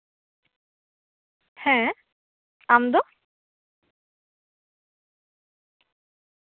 ᱦᱮᱸ ᱟᱢᱫᱚ